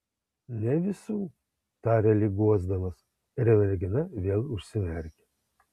ne visų tarė lyg guosdamas ir mergina vėl užsimerkė